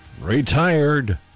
retired